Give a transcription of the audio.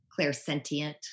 clairsentient